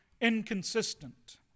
inconsistent